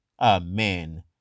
Amen